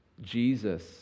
jesus